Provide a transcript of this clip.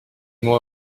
moi